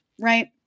right